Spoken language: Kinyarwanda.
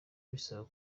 bisaba